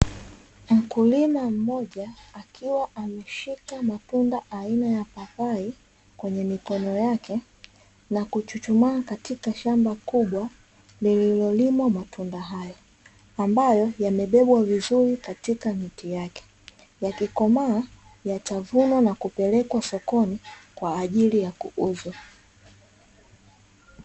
Mkulima mmoja akiwa ameshika matunda aina ya papai kwenye mikono yake na kuchuchumaa, shamba kubwa, linalolimwa matunda hayo amabyo yamebebwa vizuri katika miti yake yakikomaa yatavunwa na kupelekwa siokoni kwa ajili ya mauzo.